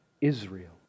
Israel